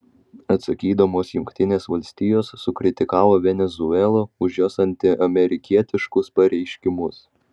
atsakydamos jungtinės valstijos sukritikavo venesuelą už jos antiamerikietiškus pareiškimus